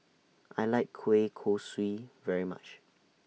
I like Kueh Kosui very much